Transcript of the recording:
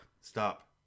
Stop